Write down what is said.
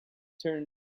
turn